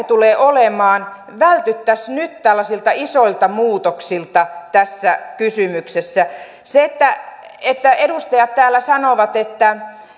tulee olemaan vältyttäisiin nyt tällaisilta isoilta muutoksilta tässä kysymyksessä se että että edustajat täällä sanovat että